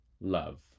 love